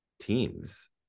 teams